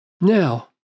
Now